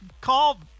call